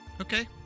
Okay